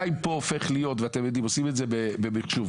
כמו שאמרתי, עושים את זה במחשב.